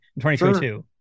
2022